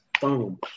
boom